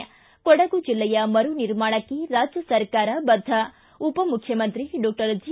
ಿ ಕೊಡಗು ಜಿಲ್ಲೆಯ ಮರು ನಿರ್ಮಾಣಕ್ಕೆ ರಾಜ್ಯ ಸರ್ಕಾರ ಬದ್ಧ ಉಪಮುಖ್ಯಮಂತ್ರಿ ಡಾಕ್ಷರ್ ಜಿ